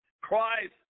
Christ